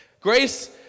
Grace